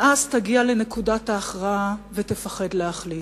ואז תגיע לנקודת ההכרעה ותפחד להחליט,